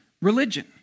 religion